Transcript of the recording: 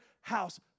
house